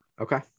Okay